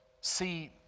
see